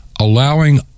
allowing